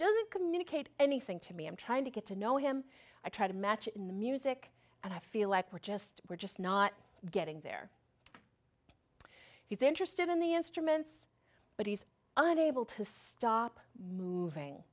doesn't communicate anything to me i'm trying to get to know him i try to match the music and i feel like we're just we're just not getting there he's interested in the instruments but he's unable to stop moving